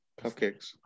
Cupcakes